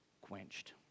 quenched